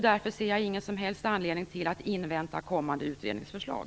Därför ser jag ingen som helst anledning till att invänta kommande utredningsförslag.